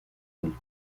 del